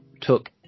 took